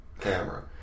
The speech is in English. camera